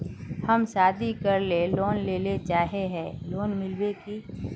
हम शादी करले लोन लेले चाहे है लोन मिलते की?